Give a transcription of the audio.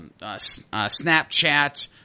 Snapchat